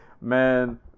Man